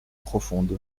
profonde